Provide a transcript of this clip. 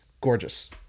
gorgeous